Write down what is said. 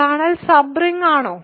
kernel sub ring ആണോ